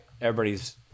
everybody's